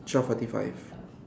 twelve forty five